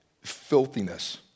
filthiness